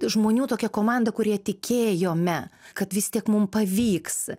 žmonių tokia komanda kurie tikėjome kad vis tik mum pavyks